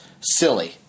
silly